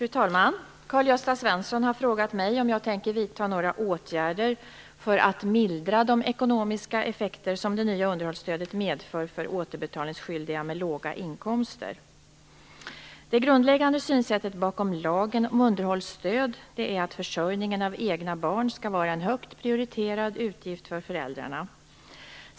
Fru talman! Karl-Gösta Svenson har frågat mig om jag tänker vidta några åtgärder för att mildra de ekonomiska effekter som det nya underhållsstödet medför för återbetalningsskyldiga med låga inkomster. Det grundläggande synsättet bakom lagen om underhållsstöd är att försörjningen av egna barn skall vara en högt prioriterad utgift för föräldrarna.